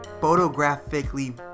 photographically